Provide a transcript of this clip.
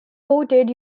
voted